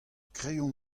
kreion